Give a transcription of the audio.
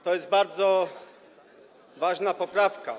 To jest bardzo ważna poprawka.